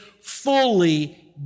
fully